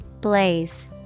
Blaze